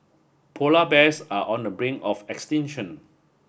polar bears are on the brink of extinction